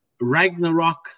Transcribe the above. Ragnarok